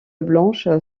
blanche